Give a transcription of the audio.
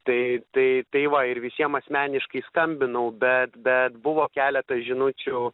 tai tai tai va ir visiem asmeniškai skambinau bet bet buvo keleta žinučių